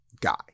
guy